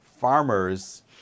farmers